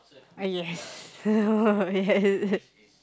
ah yes yes